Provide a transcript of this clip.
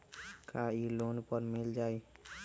का इ लोन पर मिल जाइ?